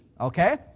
Okay